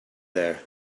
there